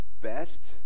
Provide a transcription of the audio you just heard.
best